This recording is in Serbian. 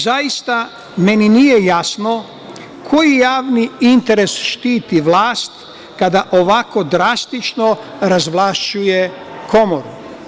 Zaista meni nije jasno koji javni interes štiti vlast kada ovako drastično razvlašćuje komoru?